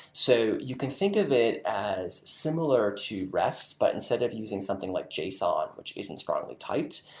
so you can think of it as similar to rest, but instead of using something like json, which isn't strongly typed.